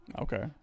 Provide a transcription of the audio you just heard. Okay